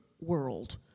world